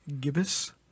Gibbous